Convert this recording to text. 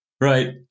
Right